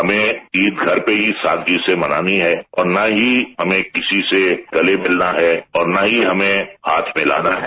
हमें ईद घर पर ही सादगी से मनानी है और न ही हमें किसी से गते मिलना है और न ही हमें हाथ मिलाना है